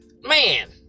Man